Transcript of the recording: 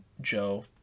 joe